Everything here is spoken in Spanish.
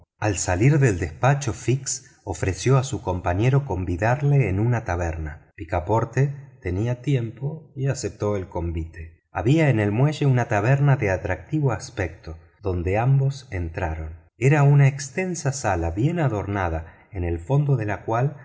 al salir del despacho fix ofreció a su companero convidarlo en una taberna picaporte tenía tiempo y aceptó el convite había en el muelle una taberna de atractivo aspecto donde ambos entraron era una extensa sala bien adornada en el fondo de la cual